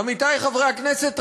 עמיתי חברי הכנסת,